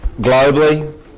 globally